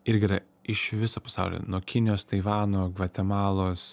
irgi yra iš viso pasaulio nuo kinijos taivano gvatemalos